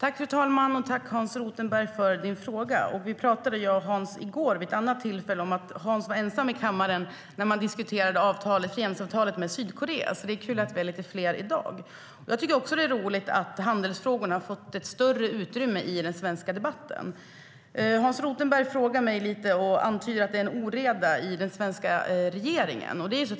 Fru talman! Jag vill tacka Hans Rothenberg för frågorna. Jag och Hans pratade i går om ett annat tillfälle då Hans var ensam i kammaren då frihandelsavtalet med Sydkorea skulle diskuteras. Det är kul att vi är lite fler i dag. Jag tycker också att det är roligt att handelsfrågorna har fått större utrymme i den svenska debatten. Hans Rothenberg antyder att det är oreda i den svenska regeringen.